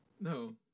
No